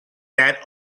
that